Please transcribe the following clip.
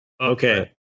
Okay